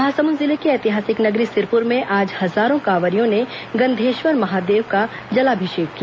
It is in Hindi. महासमुंद जिले की ऐतिहासिक नगरी सिरपुर में आज हजारों कांवरियों ने गंधेश्वर महादेव का जलाभिषेक किया